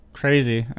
crazy